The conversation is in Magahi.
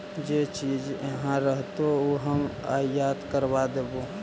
जे चीज इहाँ रहतो ऊ हम आयात करबा देबो